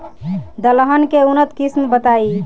दलहन के उन्नत किस्म बताई?